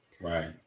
right